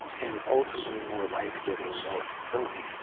and ultimately, more life-giving, more fulfilling.